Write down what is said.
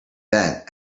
vent